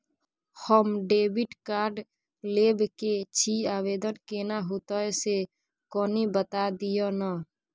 हम debit card लेब के छि, आवेदन केना होतै से कनी बता दिय न?